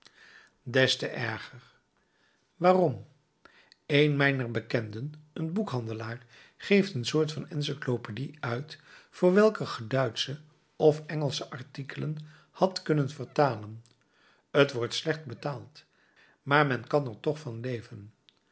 des te erger waarom een mijner bekenden een boekhandelaar geeft een soort van encyclopedie uit voor welke ge duitsche of engelsche artikelen hadt kunnen vertalen t wordt slecht betaald maar men kan er toch van leven